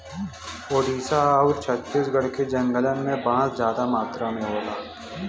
ओडिसा आउर छत्तीसगढ़ के जंगलन में बांस जादा मात्रा में होला